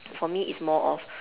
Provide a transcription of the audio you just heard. for me it's more of